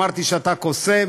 אמרתי שאתה קוסם,